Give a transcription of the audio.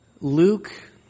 Luke